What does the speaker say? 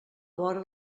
vora